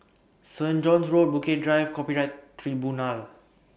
Saint John's Road Bukit Drive Copyright Tribunal